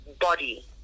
body